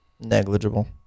negligible